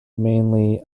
mainly